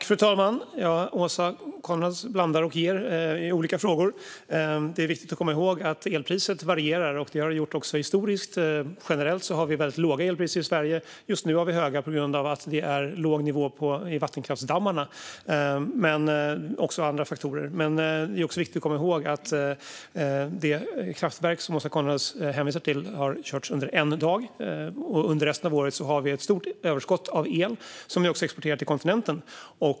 Fru talman! Åsa Coenraads blandar och ger i olika frågor. Det är viktigt att komma ihåg att elpriset varierar. Det har det gjort också historiskt. Generellt har vi väldigt låga elpriser i Sverige. Just nu är de höga på grund av att det är låg nivå i vattenkraftsdammarna. Det finns också andra faktorer. Men det är också viktigt att komma ihåg att det kraftverk som Åsa Coenraads hänvisar till har körts under en dag. Under resten av året har vi ett stort överskott av el som vi också exporterar till kontinenten.